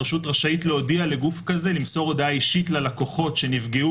הרשות רשאית להודיע לגוף כזה למסור הודעה אישית ללקוחות שנפגעו